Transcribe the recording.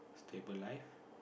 stable life